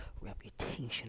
reputation